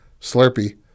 Slurpee